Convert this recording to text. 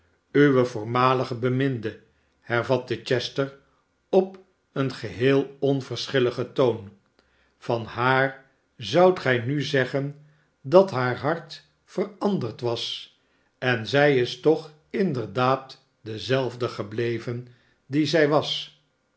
uwe voormalige beminde hervatte chester op een geheel onverschilligen toon van haar zoudt gij nu zeggen dat haar hart veranderd was en zij is toch inderdaad dezelfde gebleven die zij was